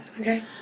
Okay